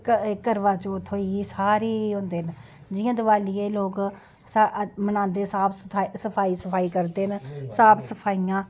करवाचौथ होई सारे होंदे न जि'यां दिवाली गी लोक मनांदे साफ सफाई सफाई करदे न साफ सफाइयां